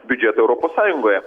biudžetą europos sąjungoje